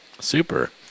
Super